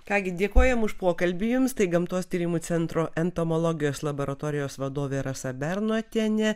ką gi dėkojam už pokalbį jums tai gamtos tyrimų centro entomologijos laboratorijos vadovė rasa bernotienė